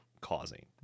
causing